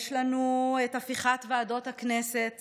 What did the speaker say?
יש לנו את הפיכת ועדות הכנסת